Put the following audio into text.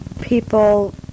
people